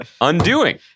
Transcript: undoing